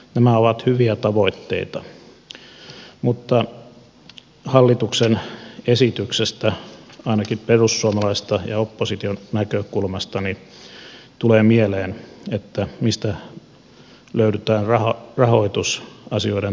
nämä ovat hyvin tavoitteita mutta hallituksen esityksestä ainakin perussuomalaisesta ja opposition näkökulmasta tulee mieleen mistä löydetään rahoitus asioiden toteuttamiseen